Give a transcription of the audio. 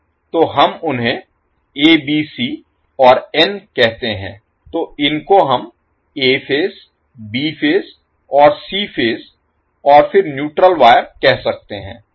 तो हम उन्हें एबीसी और एन कहते हैं तो इनको हम ए फेज बी फेज और सी फेज और फिर न्यूट्रल वायर कह सकते हैं